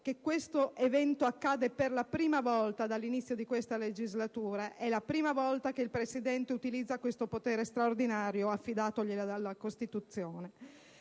che questo evento accade per la prima volta dall'inizio di questa legislatura: è la prima volta che il Presidente utilizza questo potere straordinario conferitogli dalla Costituzione.